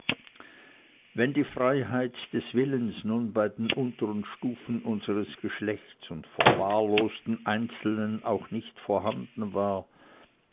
wenn die freiheit des willens nun bei den untern stufen unsers geschlechtes und verwahrlosten einzelnen auch nicht vorhanden war